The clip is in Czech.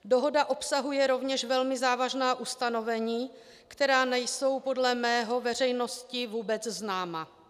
Dohoda obsahuje rovněž velmi závažná ustanovení, která nejsou podle mého veřejnosti vůbec známa.